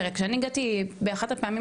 תראה, כשאני הגעתי באחת הפעמים